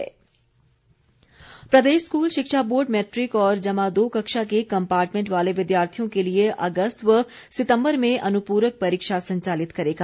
शिक्षा बोर्ड प्रदेश स्कूल शिक्षा बोर्ड मैट्रिक और जमा दो कक्षा के कम्पार्टमेंट वाले विद्यार्थियों के लिए अगस्त व सितम्बर में अनुपूरक परीक्षा संचालित करेगा